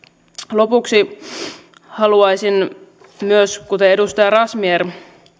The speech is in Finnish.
lopuksi haluaisin myös kuten edustaja razmyar